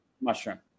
mushroom